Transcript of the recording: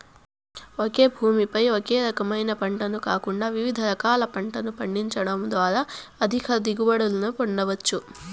ఒకే భూమి పై ఒకే రకమైన పంటను కాకుండా వివిధ రకాల పంటలను పండించడం ద్వారా అధిక దిగుబడులను పొందవచ్చు